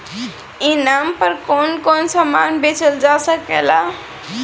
ई नाम पर कौन कौन समान बेचल जा सकेला?